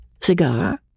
Cigar